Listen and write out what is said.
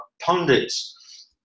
pundits